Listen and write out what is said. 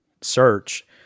search